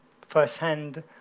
first-hand